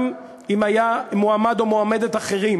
גם אם היה מועמד או מועמדת אחרים,